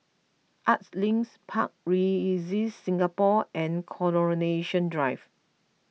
Arts Links Park Regis Singapore and Coronation Drive